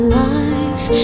life